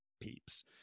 peeps